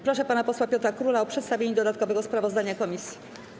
Proszę pana posła Piotra Króla o przedstawienie dodatkowego sprawozdania komisji.